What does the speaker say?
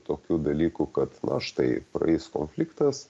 tokių dalykų kad na štai praeis konfliktas